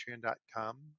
patreon.com